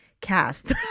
Cast